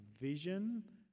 vision